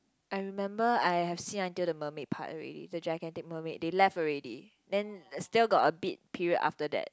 I remember I have seen until the mermaid part already the gigantic mermaid they left already then still got a bit period after that